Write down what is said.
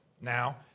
now